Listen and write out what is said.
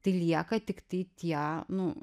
tai lieka tiktai tie nu